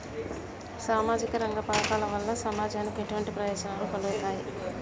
సామాజిక రంగ పథకాల వల్ల సమాజానికి ఎటువంటి ప్రయోజనాలు కలుగుతాయి?